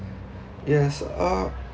yes uh